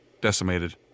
decimated